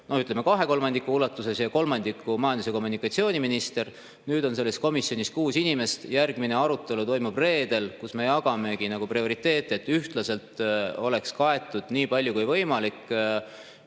ütleme, kahe kolmandiku ulatuses, ja kolmandiku [ulatuses] majandus- ja kommunikatsiooniminister. Nüüd on selles komisjonis kuus inimest. Järgmine arutelu toimub reedel. Seal me jagame prioriteete, et ühtlaselt oleks kaetud, nii palju kui võimalik,